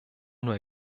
nur